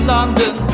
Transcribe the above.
London